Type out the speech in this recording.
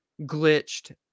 glitched